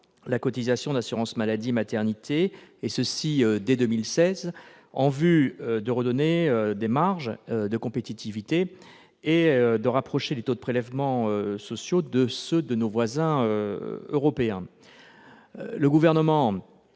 la cotisation d'assurance maladie et maternité, dès 2016, pour redonner des marges de compétitivité et pour rapprocher les taux de prélèvements sociaux de ceux de nos voisins européens. Le Gouvernement